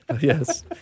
Yes